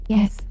Yes